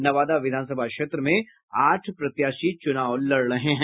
नवादा विधानस क्षेत्र में आठ प्रत्याशी चुनाव लड़ रहे हैं